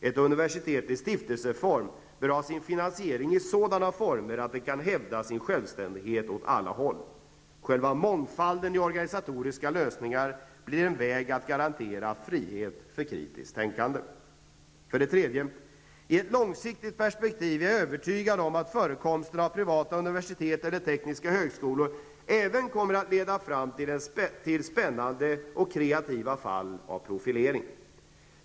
Ett universitet i stiftelseform bör ha sin finansiering i sådana former att det kan hävda sin självständighet åt alla håll. Själva mångfalden i organisatoriska lösningar blir en väg att garantera frihet för kritiskt tänkande. 3. I ett långsiktigt perspektiv är jag övertygad om att förekomsten av privata universitet eller tekniska högskolor även kommer att leda fram till spännande och kreativa fall av profilering.